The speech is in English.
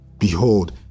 Behold